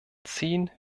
zehn